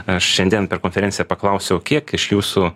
aš šiandien per konferenciją paklausiau kiek iš jūsų